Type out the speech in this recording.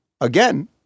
again